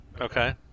okay